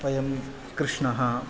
वयं कृष्णः